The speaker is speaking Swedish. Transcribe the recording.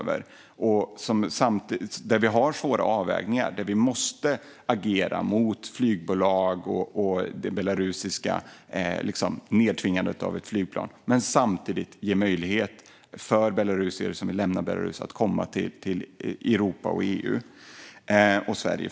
Det handlar om svåra avvägningar eftersom vi måste agera mot flygbolag och det belarusiska nedtvingandet av flygplan och samtidigt möjliggöra för belarusier som vill lämna Belarus att komma till EU och Sverige.